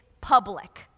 public